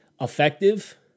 effective